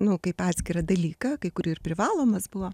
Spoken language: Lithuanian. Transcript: nu kaip atskirą dalyką kai kur ir privalomas buvo